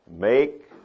Make